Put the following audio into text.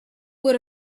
would